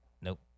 nope